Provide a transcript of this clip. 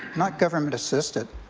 not government assisted.